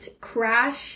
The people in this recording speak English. crash